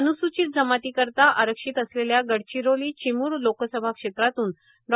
अन्सूचित जमाती करिता आरक्षित असलेल्या गडचिरोली चिमूर लोकसभा क्षेत्रातून डॉ